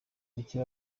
micye